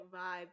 vibe